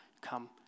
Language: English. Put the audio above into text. come